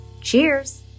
Cheers